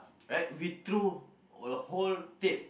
right we threw a whole tape right